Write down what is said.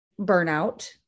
burnout